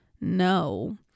no